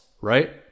right